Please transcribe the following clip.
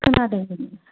खोनादोंसो